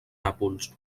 nàpols